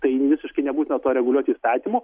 tai visiškai nebūtina to reguliuoti įstatymu